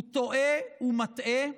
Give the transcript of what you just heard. טועה ומטעה,